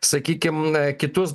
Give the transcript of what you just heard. sakykim na kitus